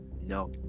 no